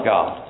God